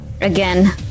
again